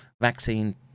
vaccine